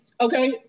okay